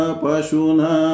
pashuna